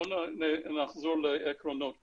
נחזור לעקרונות כאן,